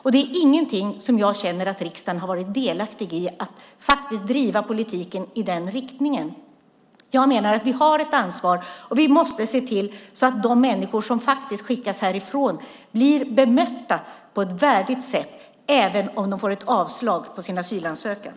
Jag känner inte att riksdagen har varit delaktig i att driva politiken i den riktningen. Jag menar att vi har ett ansvar. Vi måste se till att människorna som skickas härifrån blir bemötta på ett värdigt sätt, även om de får ett avslag på sin asylansökan.